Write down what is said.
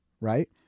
Right